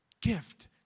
gift